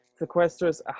sequesters